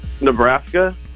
Nebraska